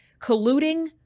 colluding